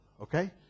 Okay